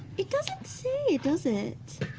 it doesn't say, does it?